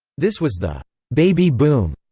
this was the baby boom.